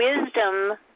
wisdom